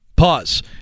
Pause